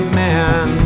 man